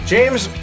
James